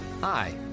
Hi